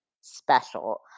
special